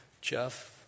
Jeff